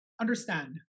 understand